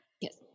Yes